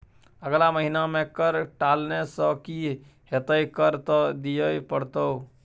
अगला महिना मे कर टालने सँ की हेतौ कर त दिइयै पड़तौ